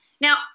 now